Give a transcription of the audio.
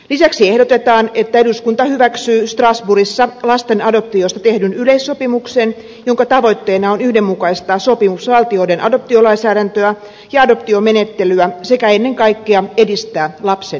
lisäksi ehdotetaan että eduskunta hyväksyy strasbourgissa lasten adoptiosta tehdyn yleissopimuksen jonka tavoitteena on yhdenmukaistaa sopimusvaltioiden adoptiolainsäädäntöä ja adoptiomenettelyä sekä ennen kaikkea edistää lapsen etua